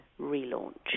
relaunch